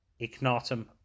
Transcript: ignatum